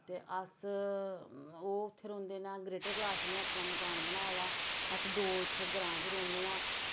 ते अस ओह् उत्थें रौंह्दे नै ग्रेटर कैलाश उनैं अपना मकान बनाए दा अस दो इत्थे ग्रांऽ च रौह्नें आं